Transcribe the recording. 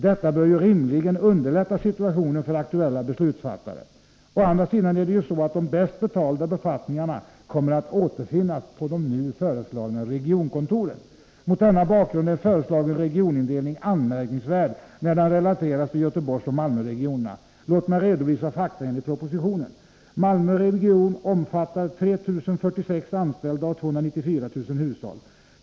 Detta bör rimligen underlätta situationen för aktuella beslutsfattare. Å andra sidan är det ju så, att de bäst betalda befattningarna kommer att återfinnas på de nu föreslagna regionkontoren. Mot denna bakgrund är den föreslagna regionindelningen anmärkningsvärd, när den relateras till Göteborgsoch Malmöregionerna. Låt mig redovisa fakta enligt propositionen. Malmö region omfattar 3 046 anställda och 294 000 hushåll.